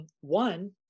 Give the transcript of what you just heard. One